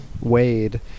Wade